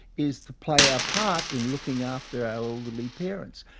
is to play our part in looking after our elderly parents.